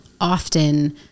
often